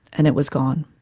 and it was gone.